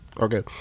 Okay